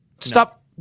Stop